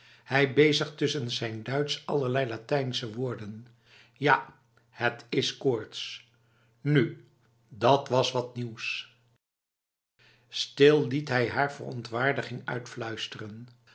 hij bezigt tussen zijn duits allerlei latijnse woorden ja het is koorts nu dat was wat nieuws stil liet hij haar verontwaardiging uitfluisteren